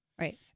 Right